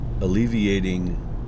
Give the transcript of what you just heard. alleviating